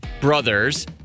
brothers